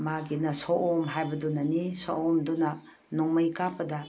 ꯃꯥꯒꯤꯅ ꯁꯑꯣꯝ ꯍꯥꯏꯕꯗꯨꯅꯅꯤ ꯁꯑꯣꯝꯗꯨꯅ ꯅꯣꯡꯃꯩ ꯀꯥꯞꯄꯗ